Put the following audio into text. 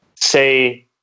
say